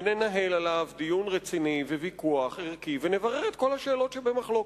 וננהל עליו דיון רציני וויכוח ערכי ונברר את כל השאלות שבמחלוקת.